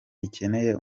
ikeneye